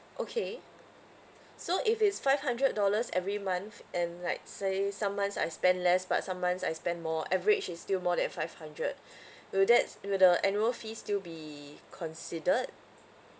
okay so if it's five hundred dollars every month and like say some months I spend less but some months I spend more average is still more than five hundred will that will the annual fee still be considered